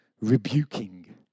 rebuking